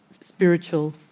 spiritual